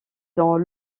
dans